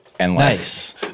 Nice